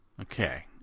Okay